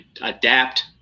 adapt